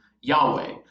Yahweh